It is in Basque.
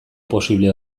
posible